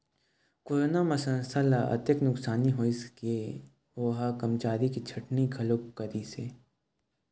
corona म संस्था ल अतेक नुकसानी होइस के ओ ह करमचारी के छटनी घलोक करिस हे